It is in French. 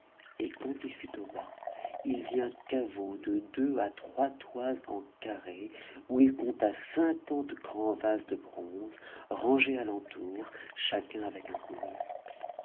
et quand il tut au bas il vit un caveau de deux il trois toises en carré où il compta cinquante grands vases de bronze rangés à l'entour chacun avec un couvercle